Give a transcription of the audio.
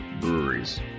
breweries